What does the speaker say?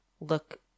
look